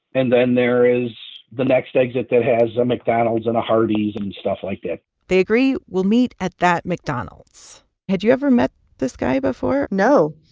and then there is the next exit that has a mcdonald's and a hardee's and and stuff like that they agree, we'll meet at that mcdonald's had you ever met this guy before? no.